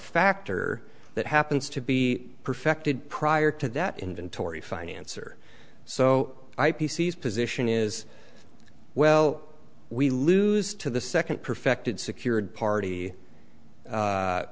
factor that happens to be perfected prior to that inventory financer so aipcs position is well we lose to the second perfected secured party